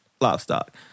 livestock